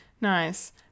Nice